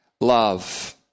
love